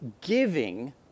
giving